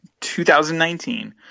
2019